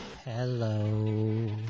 Hello